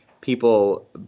people